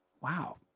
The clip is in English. Wow